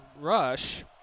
Rush